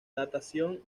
datación